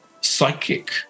psychic